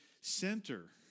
center